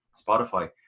Spotify